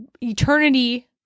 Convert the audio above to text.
eternity